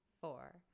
four